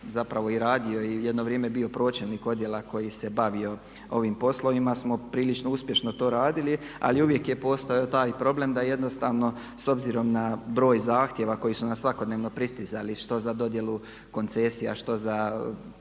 zapravo i radio i jedno vrijeme bio pročelnik odjela koji se bavio ovim poslovima smo prilično uspješno to radili. Ali uvijek je postojao taj problem da jednostavno s obzirom na broj zahtjeva koji su nam svakodnevno pristizali, što za dodjelu koncesija, što za